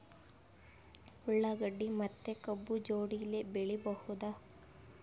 ಉಳ್ಳಾಗಡ್ಡಿ ಮತ್ತೆ ಕಬ್ಬು ಜೋಡಿಲೆ ಬೆಳಿ ಬಹುದಾ?